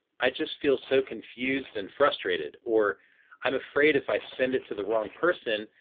i just feel so confused and frustrated. or i'm afraid if i send it to the wrong person,